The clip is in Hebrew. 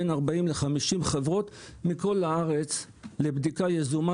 בין 40 ל-50 חברות מכל הארץ לבדיקה יזומה